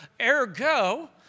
Ergo